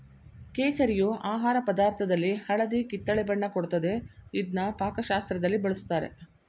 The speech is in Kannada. ಕೇಸರಿಯು ಆಹಾರ ಪದಾರ್ಥದಲ್ಲಿ ಹಳದಿ ಕಿತ್ತಳೆ ಬಣ್ಣ ಕೊಡ್ತದೆ ಇದ್ನ ಪಾಕಶಾಸ್ತ್ರದಲ್ಲಿ ಬಳುಸ್ತಾರೆ